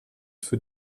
für